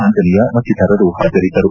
ಆಂಜನೇಯ ಮತ್ತಿತರರು ಹಾಜರಿದ್ದರು